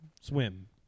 Swim